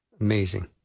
amazing